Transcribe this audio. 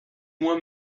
moi